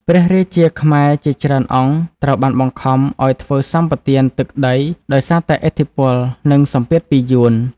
ព្រះរាជាខ្មែរជាច្រើនអង្គត្រូវបានបង្ខំឱ្យធ្វើសម្បទានទឹកដី ដោយសារតែឥទ្ធិពល និងសម្ពាធពីយួន។